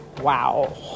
Wow